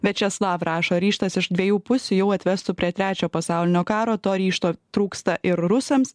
viačeslav rašo ryžtas iš dviejų pusių jau atvestų prie trečio pasaulinio karo to ryžto trūksta ir rusams